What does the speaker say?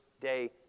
day